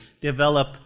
develop